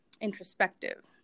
introspective